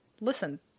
Listen